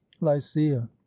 lycia